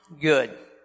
good